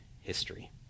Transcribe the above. history